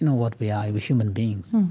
and what we are, human beings